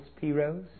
P-Rose